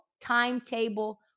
timetable